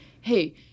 Hey